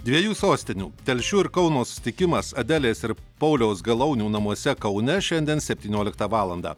dviejų sostinių telšių ir kauno susitikimas adelės ir pauliaus galaunių namuose kaune šiandien septynioliktą valandą